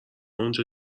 اونجا